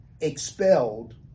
expelled